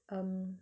um